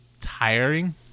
tiring